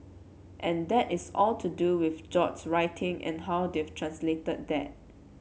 and that is all to do with George writing and how they've translated that